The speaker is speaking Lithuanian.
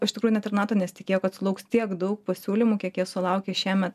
iš tikrųjų net ir nato nesitikėjo kad sulauks tiek daug pasiūlymų kiek jie sulaukė šiemet